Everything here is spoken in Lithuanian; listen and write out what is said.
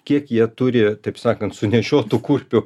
kiek jie turi taip sakant sunešiotų kurpių